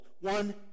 one